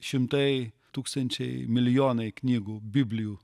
šimtai tūkstančiai milijonai knygų biblijų